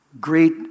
great